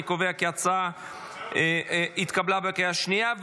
אני קובע כי ההצעה התקבלה בקריאה שנייה.